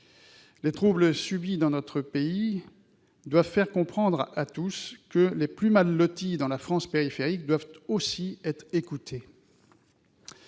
Les troubles subis dans notre pays doivent faire comprendre à tous que les plus mal lotis, dans la France périphérique, doivent aussi être écoutés.